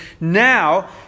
now